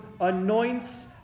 anoints